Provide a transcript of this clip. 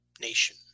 nation